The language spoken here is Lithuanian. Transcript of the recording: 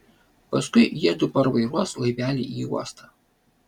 paskui jiedu parvairuos laivelį į uostą